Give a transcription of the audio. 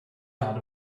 dot